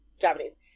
Japanese